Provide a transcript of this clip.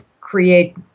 create